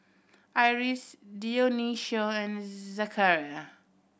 Iris Dionicio and Zechariah